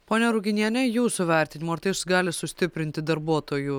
ponia ruginiene jūsų vertinimu ar tai gali sustiprinti darbuotojų